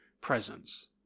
presence